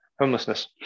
homelessness